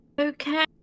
Okay